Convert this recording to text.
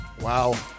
wow